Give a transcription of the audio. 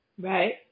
right